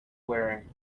wearing